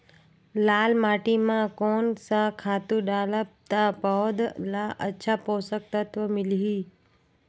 लाल माटी मां कोन सा खातु डालब ता पौध ला अच्छा पोषक तत्व मिलही?